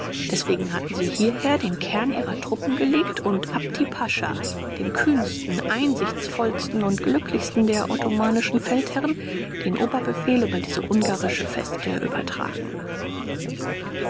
deswegen hatten sie hierher den kern ihrer truppen gelegt und apti pascha dem kühnsten einsichtsvollsten und glücklichsten der ottomanischen feldherren den oberbefehl über diese ungarische veste übertragen